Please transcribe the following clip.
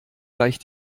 gleich